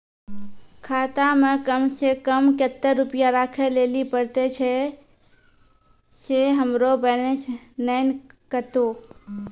खाता मे कम सें कम कत्ते रुपैया राखै लेली परतै, छै सें हमरो बैलेंस नैन कतो?